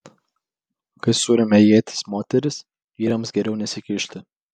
kai suremia ietis moterys vyrams geriau nesikišti